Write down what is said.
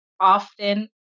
often